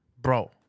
Bro